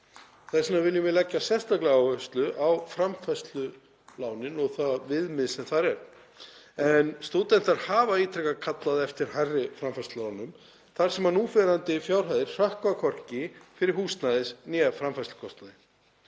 Þess vegna viljum við leggja sérstaka áherslu á framfærslulánin og viðmiðið sem þar er. Stúdentar hafa ítrekað kallað eftir hærri framfærslulánum þar sem núverandi fjárhæðir hrökkva hvorki fyrir húsnæðis- né framfærslukostnaði.